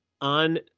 on